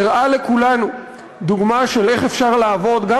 הראה לכולנו דוגמה של איך אפשר לעבוד גם